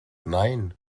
nein